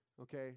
Okay